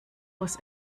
was